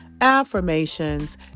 affirmations